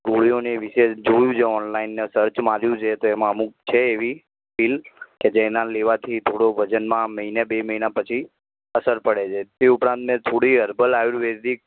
ગોળીઓ અને વિશે જોયું છે ઑનલાઇન અને સર્ચ માર્યું છે તો એમાં અમુક છે એવી પીલ કે જેનાં લેવાથી થોડો વજનમાં મહિના બે મહિના પછી અસર પડે છે તે ઉપરાંત મેં થોડી હર્બલ આયુર્વેદિક